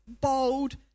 bold